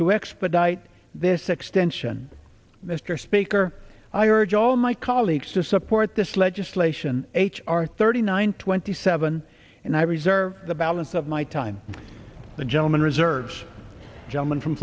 to expedite this extension mr speaker i urge all my colleagues to support this legislation h r thirty nine twenty seven and i reserve the balance of my time the gentleman reserves gentleman from